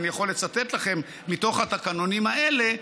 אני יכול לצטט לכם מתוך התקנונים האלה,